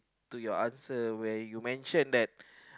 to your answer where you mention that